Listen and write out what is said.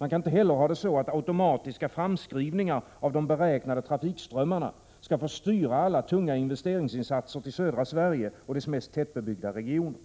Man kan inte heller ha det så att automatiska framskrivningar av de beräknade trafikströmmarna skall få styra alla tunga investeringsinsatser till södra Sverige och dess mest tättbebyggda regioner.